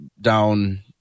down